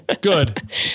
good